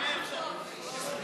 התשע"ח 2018, לא נתקבלה.